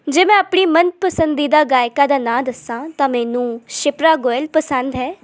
ਜੇ ਮੈਂ ਆਪਣੀ ਮਨ ਪਸੰਦੀਦਾ ਗਾਇਕਾ ਦਾ ਨਾਂ ਦੱਸਾਂ ਤਾਂ ਮੈਨੂੰ ਸ਼ਿਪਰਾ ਗੋਇਲ ਪਸੰਦ ਹੈ